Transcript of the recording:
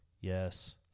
yes